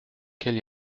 quel